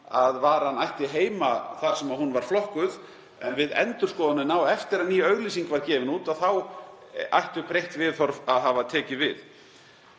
að varan ætti heima þar sem hún var flokkuð en við endurskoðunina og eftir að ný auglýsing var gefin út þá ættu breytt viðhorf að hafa tekið við.